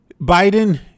Biden